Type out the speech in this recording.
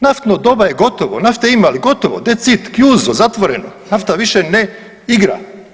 Naftno doba je gotovo, nafte ima ali gotovo, dec it, kjuzo, zatvoreno, nafta više ne igra.